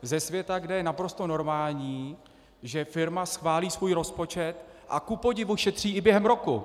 Ze světa, kde je naprosto normální, že firma schválí svůj rozpočet a kupodivu šetří i během roku.